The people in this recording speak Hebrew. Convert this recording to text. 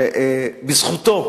שבזכותו,